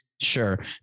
sure